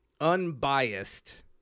unbiased